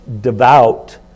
devout